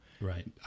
Right